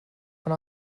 von